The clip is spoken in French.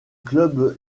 club